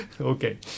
Okay